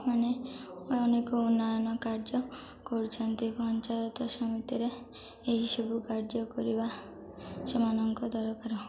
ମାନେ ଅନେକ ଉନ୍ନୟନ କାର୍ଯ୍ୟ କରୁଛନ୍ତି ପଞ୍ଚାୟତ ସମିତିରେ ଏହିସବୁ କାର୍ଯ୍ୟ କରିବା ସେମାନଙ୍କ ଦରକାର